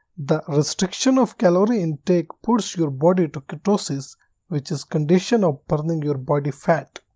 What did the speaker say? the restriction of calorie intake puts your body to ketosis which is condition of burning your body fat.